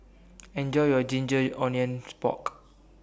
Enjoy your Ginger Onions Pork